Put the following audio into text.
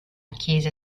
chiesa